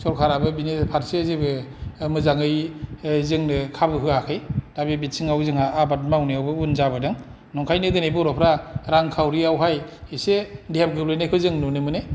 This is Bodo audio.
सरखारा बो बेनि फारसे जेबो मोजाङै जोंनो खाबु होयाखै दा बे बिथिं आव जोंहा आबाद मावनायावबो उन जाबोदों नंखायनो दिनै बर'फ्रा रां खावरियावहाय इसे देमलुनायखौ जों नुनो मोनो